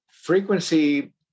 Frequency